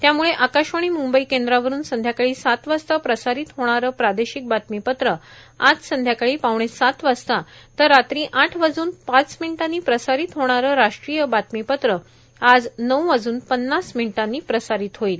त्यामुळे आकाशवाणी मुंबई केंद्रावरून संध्याकाळी सात वाजता प्रसारित होणारं प्रादेशिक बातमीपत्र आज संध्याकाळी पावणेसात वाजता तर रात्री आठ वाजून पाच मिनिटांनी प्रसारित होणारं राष्ट्रीय बातमीपत्र आज नऊ वाजून पन्नास मिनिटांनी प्रसारित होईल